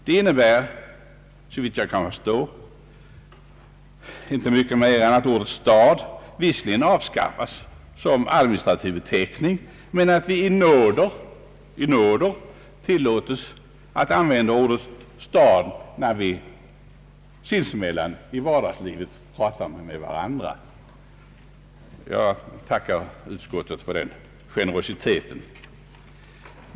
Det innebär, såvitt jag kan förstå, inte mycket mer än att ordet stad visserligen avskaffas som administrativ beteckning men att vi i nåder tillåts att använda ordet stad när vi sinsemellan i vardagslivet pratar med varandra. Jag tackar utskottet för den generositeten.